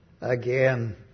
again